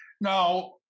Now